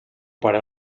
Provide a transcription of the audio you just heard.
para